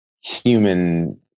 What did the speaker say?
human